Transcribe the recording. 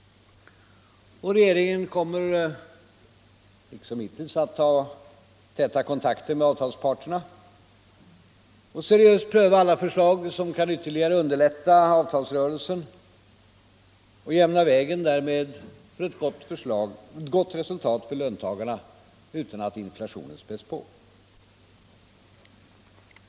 Regeringen kommer liksom hittills att ha täta kontakter med avtalsparterna och seriöst pröva alla förslag som ytterligare kan underlätta avtalsrörelsen och jämna vägen för ett gott resultat för löntagarna utan att inflationen späs på.